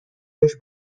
بهش